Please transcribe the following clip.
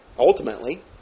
ultimately